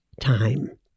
time